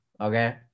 Okay